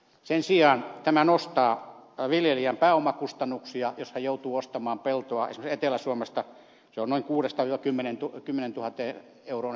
sen sijaan tämä nostaa viljelijän pääomakustannuksia jos hän joutuu ostamaan peltoa esimerkiksi etelä suomesta jo noin kuudesta kymmeneen top kymmeneen tuhanteen euroon